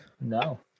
No